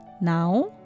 Now